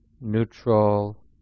neutral